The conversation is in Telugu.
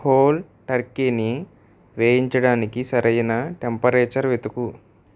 హోల్ టర్కీని వేయించడానికి సరైన టెంపరేచర్ వెతుకు